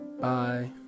bye